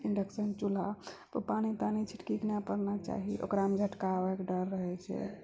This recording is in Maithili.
इन्डक्शन चूल्हा पर पानि तानि छिटकि कऽ नहि पड़ना चाही ओकरामे झटका आबैके डर रहै छै